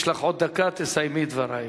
יש לך עוד דקה, תסיימי את דברייך.